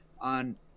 on